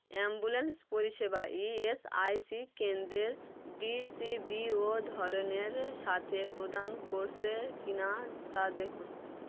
ambulance পরিষেবা ESIC কেন্দ্রের ডিসিবিও ধরনের সাথে প্রদান করছে কি না তা দেখুন